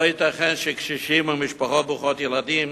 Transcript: לא ייתכן שקשישים או משפחות ברוכות ילדים